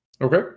okay